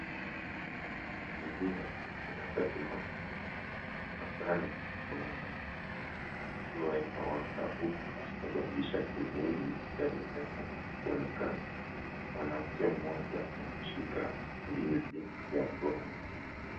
Mazingira ni wakati wa mchana, angani kuna mawingu. Jua inawaka huku kusababisha kivuli ya mimea kuonekana. Mwanamke mmoja ameshika ndizi ya mgomba.